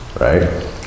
right